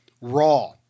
raw